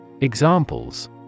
Examples